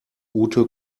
ute